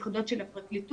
יחידות של הפרקליטות,